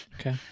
Okay